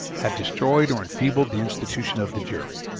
have destroyed or enfeebled the institution of the jury.